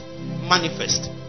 manifest